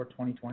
2020